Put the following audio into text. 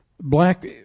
black